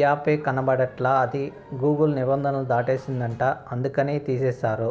యాపే కనబడట్లా అది గూగుల్ నిబంధనలు దాటేసిందంట అందుకనే తీసేశారు